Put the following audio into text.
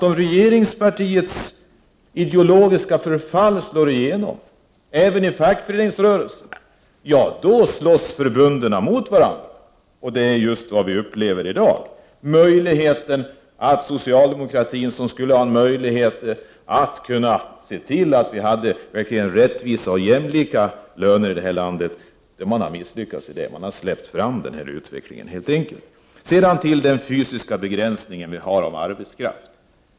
Om regeringspartiets ideologiska förfall slår igenom även i fackföreningsrörelsen, då slåss förbunden mot varandra. Det är just vad vi upplever i dag. Socialdemokratin skulle ha möjlighet att se till att vi hade rättvisa och jämlika löner i landet. Det har man misslyckats med. Man har helt enkelt släppt fram denna utveckling. Så några ord om den fysiska begränsningen vi har av arbetskraft.